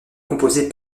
composés